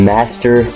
Master